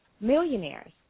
millionaires